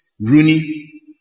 Rooney